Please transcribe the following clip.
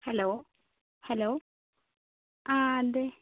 hello hello ആ അതേ